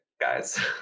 guys